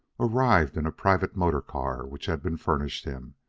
arrived in a private motor-car which had been furnished him.